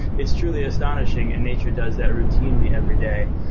it's truly astonishing and nature does that routinely every day.